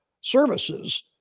services